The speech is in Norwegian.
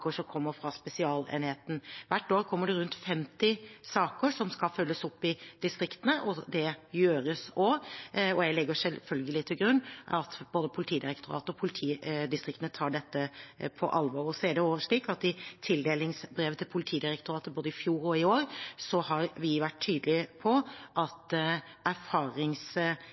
som kommer fra spesialenheten. Hvert år kommer det rundt 50 saker som skal følges opp i distriktene. Det gjøres også. Jeg legger selvfølgelig til grunn at både Politidirektoratet og politidistriktene tar dette på alvor. Så er det også slik at i tildelingsbrevet til Politidirektoratet både i fjor og i år har vi vært tydelige på at